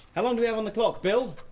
how long do we have on the clock, bill?